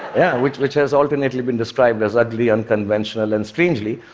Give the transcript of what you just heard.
yeah. which which has alternately been described as ugly, unconventional, and strangely,